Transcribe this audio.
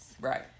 Right